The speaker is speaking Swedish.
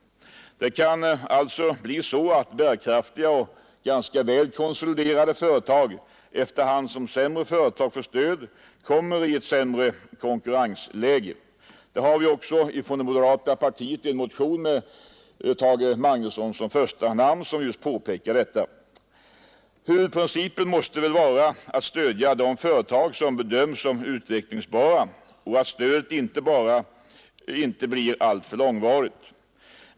Det kan alltså bli så att bärkraftiga och ganska väl konsoliderade företag — efter hand som sämre företag får stöd — kommer i ett sämre konkurrensläge. I en motion från moderata samlingspartiet med herr Magnusson i Borås som första namn påpekas just detta. Huvudprincipen måste väl vara att man skall stödja de företag som bedöms som utvecklingsbara och att stödet inte blir alltför långvarigt.